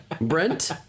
Brent